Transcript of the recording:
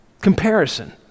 Comparison